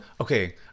Okay